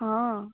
ହଁ